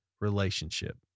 relationship